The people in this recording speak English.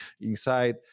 inside